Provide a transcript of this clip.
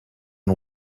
and